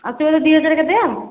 ଆଉ ଦୁଇ ହଜାରଠୁ ଅଧିକ